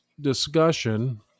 discussion